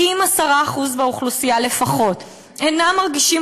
כי אם 10% באוכלוסייה לפחות אינם מרגישים